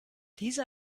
diese